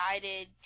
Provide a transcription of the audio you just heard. decided